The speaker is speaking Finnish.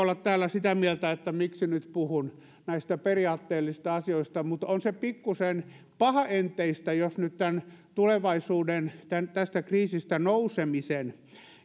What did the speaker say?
olla täällä sitä mieltä että miksi nyt puhun näistä periaatteellisista asioista mutta on se pikkusen pahaenteistä jos nyt tulevaisuuden tästä kriisistä nousemisen